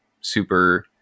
super